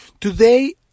today